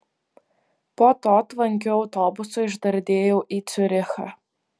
po to tvankiu autobusu išdardėjau į ciurichą